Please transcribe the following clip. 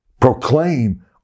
proclaim